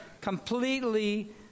completely